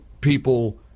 people